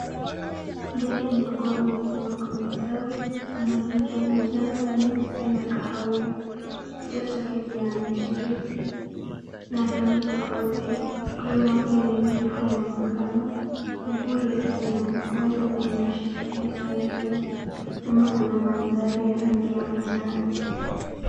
Ndege mdogo amesimama kwenye tawi ana rangi ya manjano, nyeusi na kahawia. Kichwa chake kina michirizi na rangi tofauti. Mdomo wake ni mrefu na mwembamba. Miguu yake ni miekundu na inashikilia tawi hiyo. Nyuma kuna mandhari ya rangi ya majani.